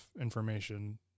information